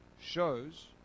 shows